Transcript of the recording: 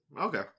Okay